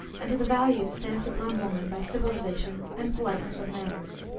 and to the value stamped upon woman by civilization and politeness of manners.